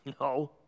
No